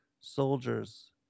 soldiers